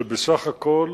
שבסך הכול,